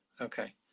Okay